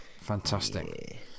fantastic